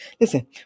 listen